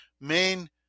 main